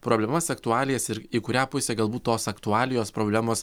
problemas aktualijas ir į kurią pusę galbūt tos aktualijos problemos